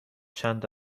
چند